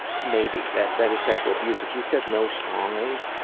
maybe. that that sexual abuse. if you said no strongly,